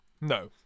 No